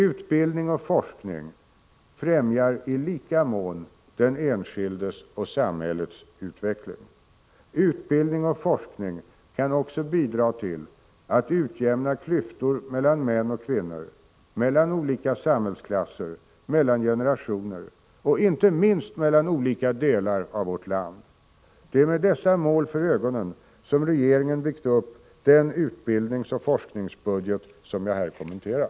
Utbildning och forskning främjar i lika mån den enskildes och samhällets utveckling. Utbildning och forskning kan också bidra till att utjämna klyftor mellan män och kvinnor, mellan olika samhällsklasser, mellan generationer och inte minst mellan olika delar av vårt land. Det är med dessa mål för ögonen som regeringen byggt upp den utbildningsoch forskningsbudget som jag här kommenterat.